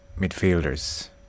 midfielders